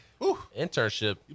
Internship